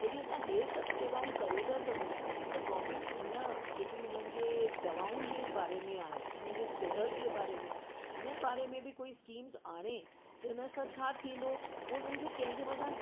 जॾहिं असां हीअं सभु सेवाऊं करे था सघूं त गॉर्वमेंट हिन जेकी हुननि जे दवाउनि जे बारे में आहे हुननि जी सिहत जे बारे में आहे हिन बारे में बि कोई स्कीम्स आणे हिनसां छा थींदो हुननि खे कंहिं जे मथां